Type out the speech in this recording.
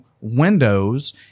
Windows